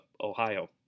Ohio